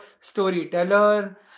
storyteller